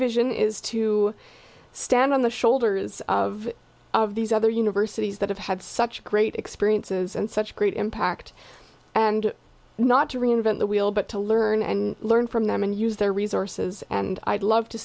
vision is to stand on the shoulders of of these other universities that have had such great experiences and such great impact and not to reinvent the wheel but to learn and learn from them and use their resources and i'd love to